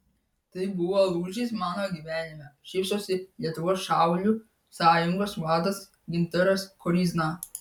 tai buvo lūžis mano gyvenime šypsosi lietuvos šaulių sąjungos vadas gintaras koryzna